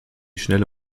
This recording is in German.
schnelle